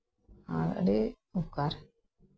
ᱟᱨ ᱟᱹᱰᱤ ᱩᱯᱠᱟᱨ